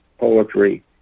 poetry